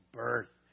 birth